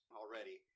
already